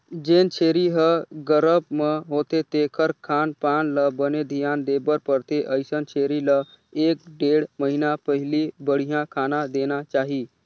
जेन छेरी ह गरभ म होथे तेखर खान पान ल बने धियान देबर परथे, अइसन छेरी ल एक ढ़ेड़ महिना पहिली बड़िहा खाना देना चाही